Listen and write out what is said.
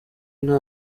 nta